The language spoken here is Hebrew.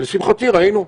לשמחתי, ראינו,